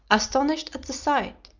astonished at the sight,